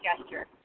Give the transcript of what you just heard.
gesture